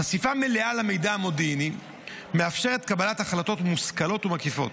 חשיפה מלאה של המידע המודיעיני מאפשרת קבלת החלטות מושכלות ומקיפות,